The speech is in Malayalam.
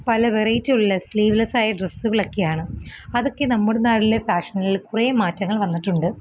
പല വെറൈറ്റിയുള്ള സ്ലീവ്ലെസായ ഡ്രസ്സുകളക്കെയാണ് അതൊക്കെ നമ്മുടെ നാടിലെ ഫാഷനില് കുറെ മാറ്റങ്ങള് വന്നിട്ടുണ്ട്